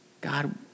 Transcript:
God